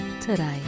today